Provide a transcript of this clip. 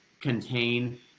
contain